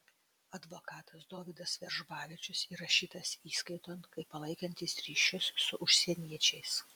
advokatas dovydas veržbavičius įrašytas įskaiton kaip palaikantis ryšius su užsieniečiais